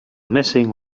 missing